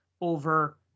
over